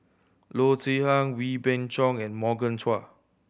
Loo Zihan Wee Beng Chong and Morgan Chua